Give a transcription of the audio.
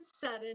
sudden